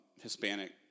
Hispanic